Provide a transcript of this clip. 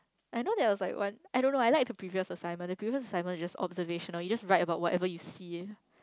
I know there was like one I don't know I like the previous assignment the previous assignment is just observational you just write about whatever you see